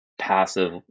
passive